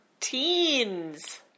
Teens